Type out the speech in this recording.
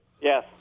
Yes